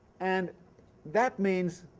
and that means